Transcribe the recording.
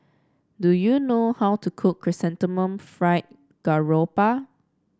do you know how to cook Chrysanthemum Fried Garoupa